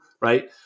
right